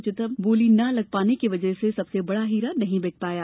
उच्चतम बोली न लग पाने की वजह से सबसे बड़ा हीरा नहीं बिक सका